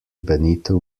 benito